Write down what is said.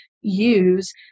use